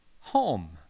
home